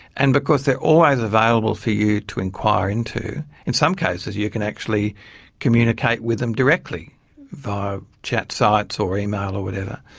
and because they're always available for you to inquire into in some cases you can actually communicate with them directly via chat sites or email or whatever,